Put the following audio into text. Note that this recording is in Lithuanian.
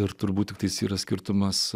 ir turbūt aktais yra skirtumas